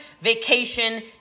vacation